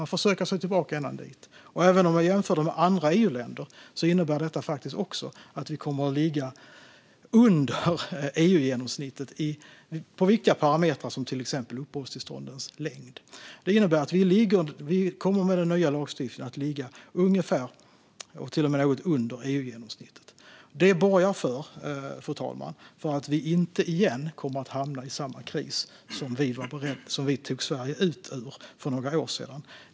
Man får alltså söka sig tillbaka ända dit. Man kan även jämföra med andra EU-länder. Detta innebär faktiskt att vi kommer att ligga under EU-genomsnittet när det gäller viktiga parametrar, till exempel uppehållstillståndens längd. Detta innebär att vi med den nya lagstiftningen kommer att ligga ungefär på och till och med något under EU-genomsnittet. Det borgar för, fru talman, att vi inte igen kommer att hamna i en sådan kris som vi tog ut Sverige ur för några år sedan.